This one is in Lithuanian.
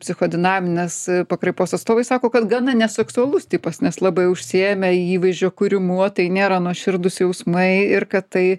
psichodinaminės pakraipos atstovai sako kad gana neseksualus tipas nes labai užsiėmę įvaizdžio kūrimu tai nėra nuoširdūs jausmai ir kad tai